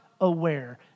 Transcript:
aware